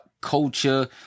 culture